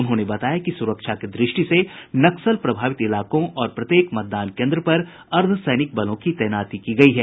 उन्होंने बताया कि सुरक्षा की दृष्टि से नक्सल प्रभावित इलाकों और प्रत्येक मतदान केन्द्र पर अर्द्वसैनिक बलों की तैनाती की गयी है